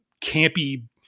campy